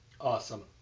Awesome